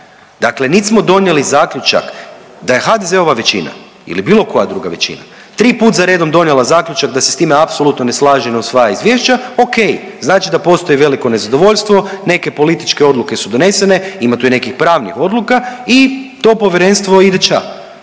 Dakle, niti smo donijeli zaključak da je HDZ-ova većina ili bilo koja druga većina 3 put za redom donijela zaključak da se s time apsolutno ne slaže i ne usvaja izvješća, ok, znači da postoji veliko nezadovoljstvo, neke političke odluke su donesene, ima tu i nekih pravnih odluka i to povjerenstvo ide ća.